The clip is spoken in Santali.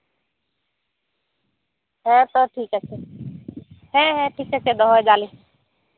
ᱦᱮᱸᱛᱚ ᱴᱷᱤᱠ ᱟᱪᱷᱮ ᱦᱮᱸ ᱦᱮᱸ ᱴᱷᱤᱠ ᱟᱪᱷᱮ ᱫᱚᱦᱚᱭᱫᱟᱞᱤᱧ